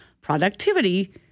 Productivity